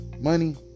money